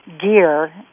gear